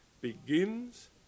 begins